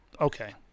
Okay